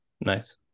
Nice